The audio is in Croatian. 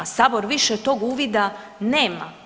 Sabor više tog uvida nema.